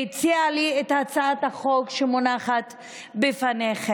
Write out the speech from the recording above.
והציעה לי את הצעת החוק שמונחת בפניכם.